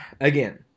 again